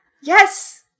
Yes